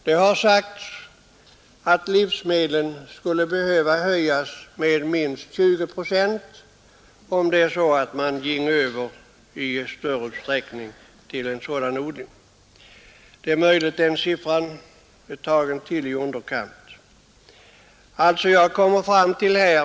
Det har sagts att priset på livsmedlen skulle behöva höjas med minst 20 procent, om man i större utsträckning ginge över till en sådan odling. Det är sannolikt att den siffran är tagen i underkant.